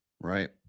Right